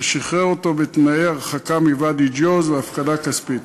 שחרר אותו בתנאי הרחקה מוואדי-ג'וז והפקדה כספית.